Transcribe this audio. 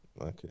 Okay